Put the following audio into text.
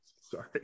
Sorry